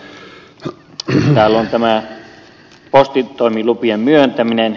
täällä on tämä postitoimilupien myöntäminen